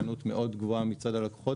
היענות מאוד גבוהה מצד הלקוחות.